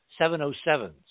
707s